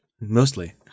Mostly